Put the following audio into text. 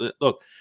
Look